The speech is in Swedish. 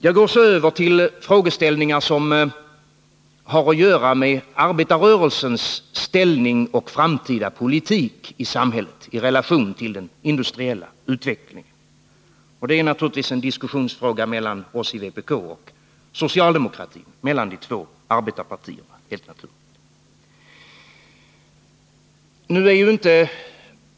Jag går så över till de frågeställningar som har att göra med arbetarrörelsens ställning och framtida politik i samhället i relation till den industriella utvecklingen. Det är helt naturligt en diskussionsfråga mellan oss i vpk och socialdemokratin, alltså mellan de två arbetarpartierna.